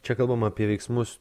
čia kalbam apie veiksmus